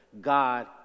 God